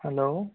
hello